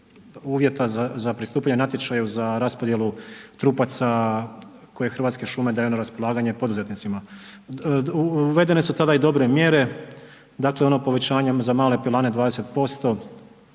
uvjeta za pristupanje natječaju za raspodjelu trupaca koje Hrvatske šume daju na raspolaganje poduzetnicima. Uvedene su tada i dobre mjere, dakle ono povećanje za male pilane 20%,